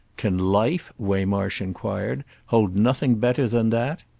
can life, waymarsh enquired, hold nothing better than that?